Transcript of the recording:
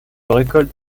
récolte